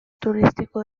turístico